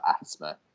asthma